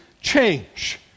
change